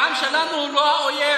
העם שלנו הוא לא האויב.